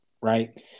right